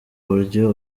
uburyo